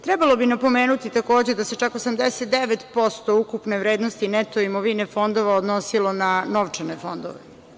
Trebalo bi napomenuti takođe da se čak 89% ukupne vrednosti neto imovine fondova odnosilo na novčane fondove.